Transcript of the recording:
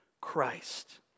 Christ